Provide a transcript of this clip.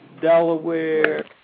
Delaware